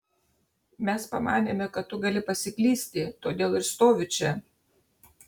mes pamanėme kad tu gali pasiklysti todėl ir stoviu čia